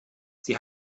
sie